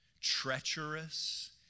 treacherous